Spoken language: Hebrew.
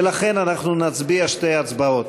ולכן, אנחנו נצביע שתי הצבעות.